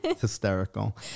hysterical